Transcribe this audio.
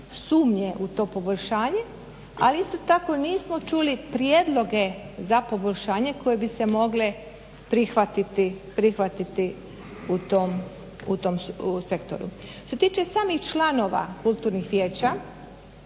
sumnje u to poboljšanje ali isto tako nismo čuli prijedloge za poboljšanje koje bi se mogle prihvatiti u tom sektoru. Što se tiče samih članova kulturnih vijeća